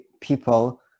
people